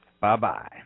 Bye-bye